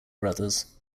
brothers